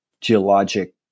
geologic